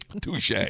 Touche